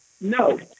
No